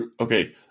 Okay